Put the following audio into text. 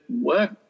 work